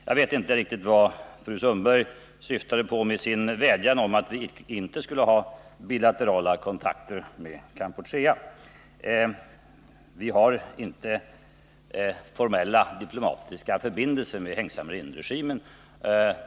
Jag vet inte riktigt vad fru Sundberg syftar på med sin vädjan om att vi inte skall ha bilaterala kontakter med Kampuchea. Vi har inte formella diplomatiska förbindelser med Heng Samrin-regimen.